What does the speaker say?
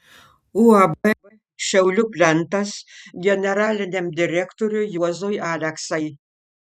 uab šiaulių plentas generaliniam direktoriui juozui aleksai